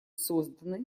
созданы